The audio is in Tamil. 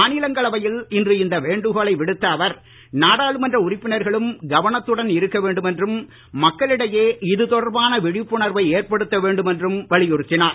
மாநிலங்களவையில் இன்று இந்த வேண்டுகோளை விடுத்த அவர் நாடாளுமன்ற உறுப்பினர்களும் கவனத்துடன் இருக்க வேண்டும் என்றும் மக்களிடையே இதுதொடர்பான விழிப்புணர்வை ஏற்படுத்த வேண்டும் என்றும் வலியுறுத்தினார்